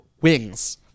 wings